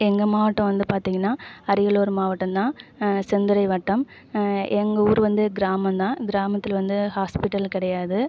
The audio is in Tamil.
எங்கள் மாவட்டம் வந்து பார்த்திங்கன்னா அரியலூர் மாவட்டம் தான் செந்துறை வட்டம் எங்கள் ஊர் வந்து கிராமந்தான் கிராமத்தில் வந்து ஹாஸ்பிட்டல் கிடையாது